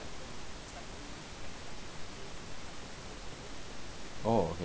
oh okay